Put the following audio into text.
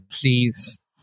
please